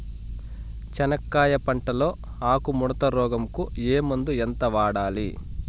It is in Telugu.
చెనక్కాయ పంట లో ఆకు ముడత రోగం కు ఏ మందు ఎంత వాడాలి?